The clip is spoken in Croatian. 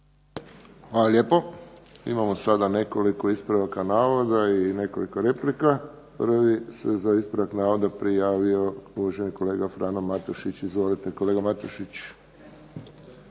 Hvala lijepo. Imamo sada nekoliko ispravaka navoda i nekoliko replika. Prvi se za ispravak navoda prijavio uvaženi kolega Frano Matušić. Izvolite, kolega Matušić.